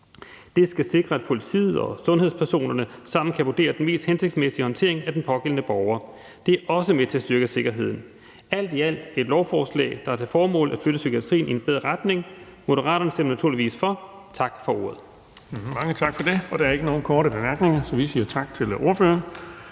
Det skal sikre, at politiet og sundhedspersonerne sammen kan vurdere, hvad der vil være den mest hensigtsmæssige håndtering af den pågældende borger. Det er også med til at styrke sikkerheden. Alt i alt er det et lovforslag, der har til formål at flytte psykiatrien i en bedre retning. Moderaterne stemmer naturligvis for. Tak for ordet.